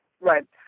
Right